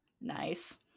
Nice